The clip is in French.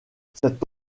cette